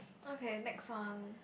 okay next one